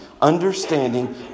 understanding